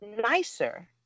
nicer